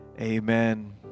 Amen